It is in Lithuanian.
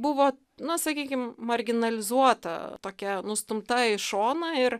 buvo na sakykim marginalizuota tokia nustumta į šoną ir